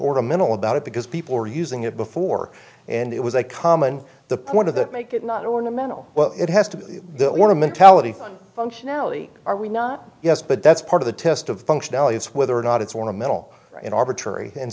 ornamental about it because people were using it before and it was a common the point of the make it not ornamental well it has to be the one of mentality functionality are we not yes but that's part of the test of the functionality it's whether or not it's want to meddle in arbitrary and